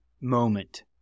moment